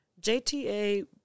JTA